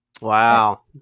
Wow